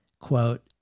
quote